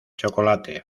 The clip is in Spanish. chocolate